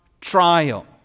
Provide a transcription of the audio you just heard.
trial